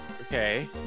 Okay